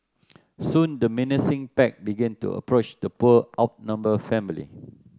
soon the menacing pack began to approach the poor outnumbered family